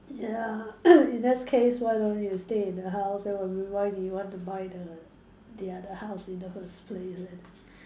ya in this case why don't you stay in the house I mean why do you want to buy the the other house in the first place leh